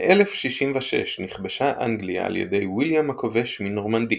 ב־1066 נכבשה אנגליה על ידי ויליאם הכובש מנורמנדי,